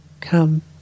Come